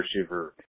receiver